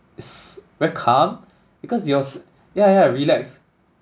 s~ very calm because your s~ yeah yeah relaxed